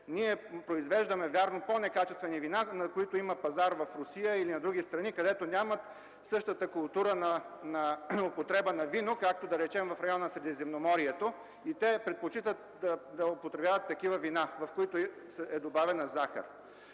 ние произвеждаме, вярно, по-некачествени вина, на които има пазар в Русия или в други страни, където нямат същата култура на употреба на вино, както, да речем, в района на Средиземноморието. Те предпочитат вина, в които е добавена захар.